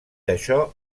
això